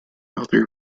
other